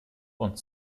und